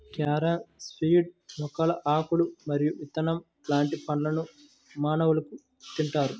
carom seeds మొక్కల ఆకులు మరియు విత్తనం లాంటి పండ్లను మానవులు తింటారు